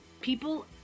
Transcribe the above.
People